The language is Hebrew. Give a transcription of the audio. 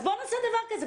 אז בואו נעשה דבר כזה,